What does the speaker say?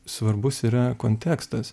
svarbus yra kontekstas